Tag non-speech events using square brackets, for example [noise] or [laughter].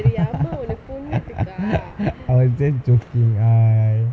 [laughs] [laughs] I was just joking ah